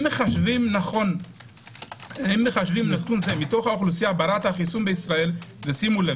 אם מחשבים נתון זה מתוך האוכלוסייה בת החיסון בישראל - ושימו לב